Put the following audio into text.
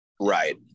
right